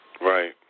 Right